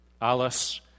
Alice